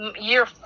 year